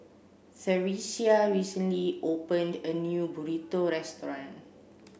Theresia recently opened a new Burrito restaurant